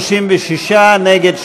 הצעת חוק האזרחות והכניסה לישראל (הוראת שעה) (תיקון,